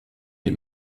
les